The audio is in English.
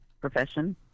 profession